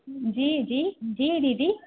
जी जी जी दीदी